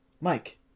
Mike